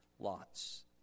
lots